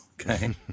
Okay